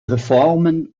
reformen